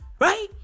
Right